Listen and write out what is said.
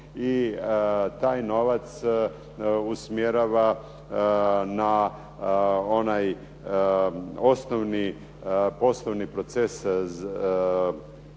i taj novac usmjerava na onaj osnovni poslovni proces